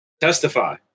testify